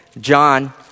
John